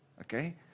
Okay